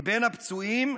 מבין הפצועים,